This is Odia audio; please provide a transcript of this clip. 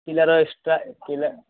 ପିଲାର ଏକ୍ସଟ୍ରା ପିଲା